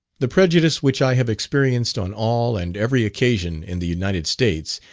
the prejudice which i have experienced on all and every occasion in the united states,